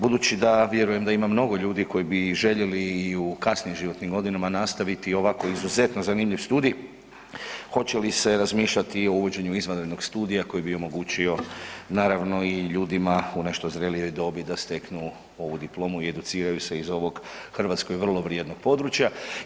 Budući da vjerujem da ima mnogo ljudi koji bi željeli i u kasnijim životnim godinama nastaviti ovako izuzetno zanimljiv studij, hoće li se razmišljati o uvođenju izvanrednog studija koji bi omogućio naravno i ljudima u nešto zrelijoj dobi da steknu ovu diplomu i educiraju se iz ovog Hrvatskoj vrlo vrijednog područja?